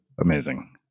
amazing